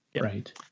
Right